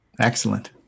Excellent